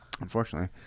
unfortunately